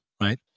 right